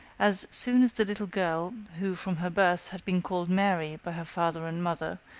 as soon as the little girl, who, from her birth had been called mary by her father and mother,